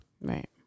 Right